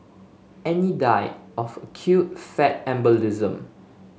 Annie died of acute fat embolism